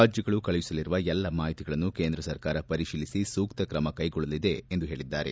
ರಾಜ್ಙಗಳು ಕಳುಹಿಸಲಿರುವ ಎಲ್ಲಾ ಮಾಹಿತಿಗಳನ್ನು ಕೇಂದ್ರ ಸರ್ಕಾರ ಪರಿಶೀಲಿಸಿ ಸೂಕ್ತ ಕ್ರಮ ಕೈಗೊಳ್ಳಲಿದೆ ಎಂದು ಹೇಳಿದ್ದಾರೆ